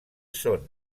són